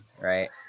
right